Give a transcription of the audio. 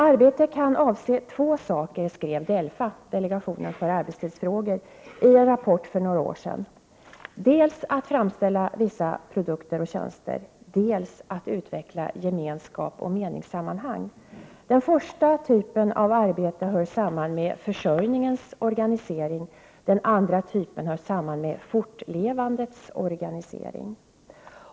Arbete kan avse två saker, skrev DELFA , i en rapport för några år sedan, dels att framställa vissa produkter och tjänster, dels att utveckla gemenskap och meningssammanhang. Den första typen av arbete hör samman med försörjningens organisering, den andra typen hör samman med fortlevandets organisering.